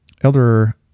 Elder